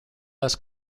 less